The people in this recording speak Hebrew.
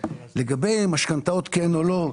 לגבי משכנתאות, כן או לא.